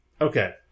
okay